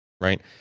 Right